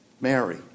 Mary